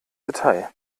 detail